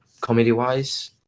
comedy-wise